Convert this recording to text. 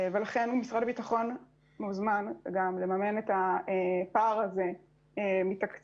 לכן משרד הביטחון מוזמן לממן את הפער הזה מתקציבו.